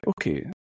Okay